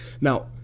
Now